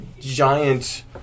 giant